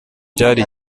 byari